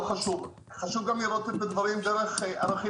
חשוב לראות את הדברים גם דרך ערכים